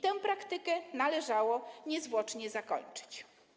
Tę praktykę należało niezwłocznie zakończyć.